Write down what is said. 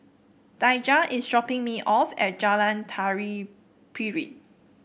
Daija is dropping me off at Jalan Tari Piring